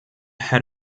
head